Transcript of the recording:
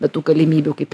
bet tų galimybių kaip